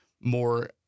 more